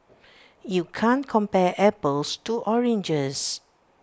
you can't compare apples to oranges